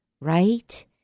right